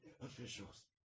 officials